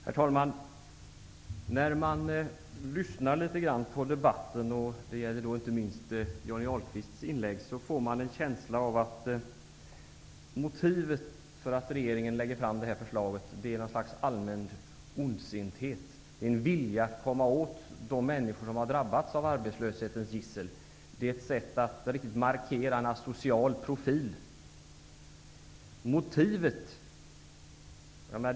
Herr talman! När man lyssnar litet grand på debatten -- det gäller inte minst Johnny Ahlqvists inlägg -- får man en känsla av att motivet för att regeringen lägger fram detta förslag är något slags allmän ondsinthet, en vilja att komma åt de människor som har drabbats av arbetslöshetens gissel, ett sätt att riktigt markera en asocial profil.